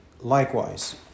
likewise